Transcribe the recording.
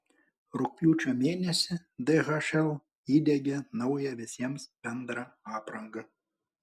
rugpjūčio mėnesį dhl įdiegia naują visiems bendrą aprangą